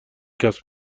کسب